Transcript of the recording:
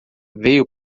veio